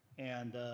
and